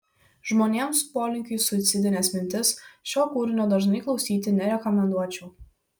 žmonėms su polinkiu į suicidines mintis šio kūrinio dažnai klausyti nerekomenduočiau